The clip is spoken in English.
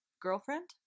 girlfriend